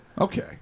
Okay